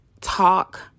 talk